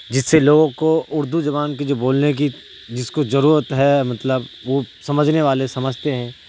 جس سے لوگوں کو اردو زبان کی جو بولنے کی جس کو ضرورت ہے مطلب وہ سمجھنے والے سمجھتے ہیں